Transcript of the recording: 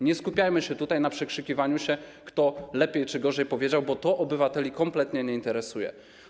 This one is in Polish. Nie skupiajmy się tutaj na przekrzykiwaniu się, kto lepiej czy gorzej coś powiedział, bo to obywateli kompletnie nie interesuje.